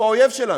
הוא האויב שלנו.